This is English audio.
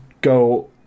go